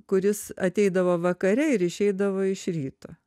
kuris ateidavo vakare ir išeidavo iš ryto